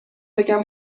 بگم